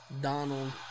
Donald